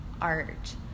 art